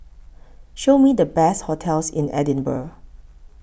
Show Me The Best hotels in Edinburgh